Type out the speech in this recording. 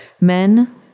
Men